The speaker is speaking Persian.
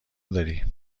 داری